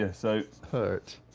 ah so. hurt.